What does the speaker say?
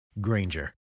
Granger